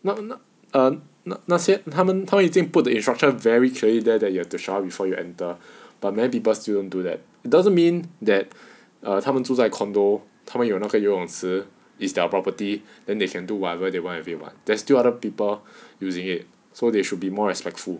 not not err not 那些他们他们已经 put the instruction very clearly there that you have to shower before you enter but many people still don't do that doesn't mean that err 他们住在 condo 他们有那个游泳池 is their property then they can do whatever they want with it [what] there's still other people using it so they should be more respectful